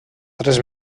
tres